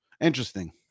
interesting